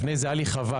לפני זה הייתה לי חווה,